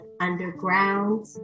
underground